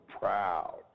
proud